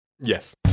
Yes